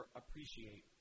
appreciate